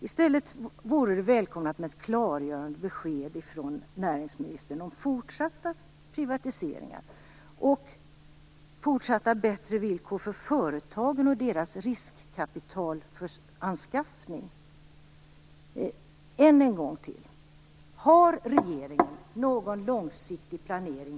I stället vore det välkommet med ett klargörande besked från näringsministern om fortsatta privatiseringar och fortsatta bättre villkor för företagen och deras riskkapitalanskaffning.